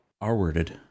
r-worded